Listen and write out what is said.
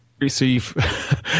receive